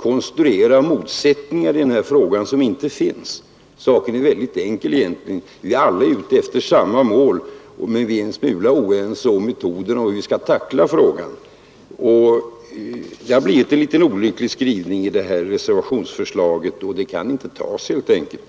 konstruerar en motsättning som inte finns i den här frågan — jag förstår inte hur fru Mogård kan tro att det gagnar saken. Det hela är egentligen väldigt enkelt: vi har alla samma mål men vi är en smula oense om metoden och hur vi skall tackla frågan. Det har blivit en litet olycklig skrivning i reservationsförslaget, och det kan inte tas helt enkelt.